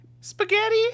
Spaghetti